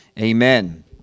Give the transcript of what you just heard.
amen